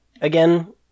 Again